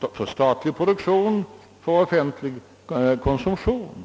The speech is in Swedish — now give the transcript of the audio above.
mottot »offentlig produktion för offentlig konsumtion»?